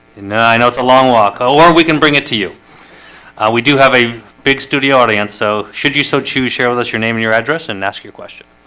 i know it's a long walk oh or we can bring it to you we do have a big studio audience so should you so choose share with us your name and your address and ask your question.